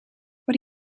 what